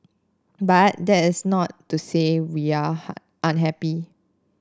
but that is not to say we are unhappy